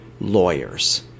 lawyers